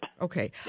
Okay